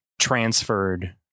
transferred